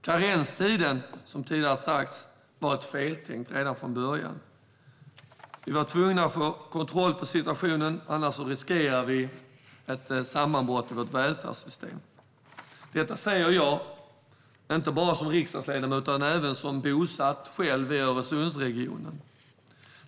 Karenstiden var ett feltänk redan från början, som tidigare har sagts. Vi var tvungna att få kontroll på situationen. Annars riskerade vi ett sammanbrott i vårt välfärdssystem. Detta säger jag, inte bara som riksdagsledamot utan även som bosatt i Öresundsregionen.